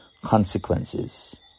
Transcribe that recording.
consequences